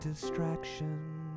distraction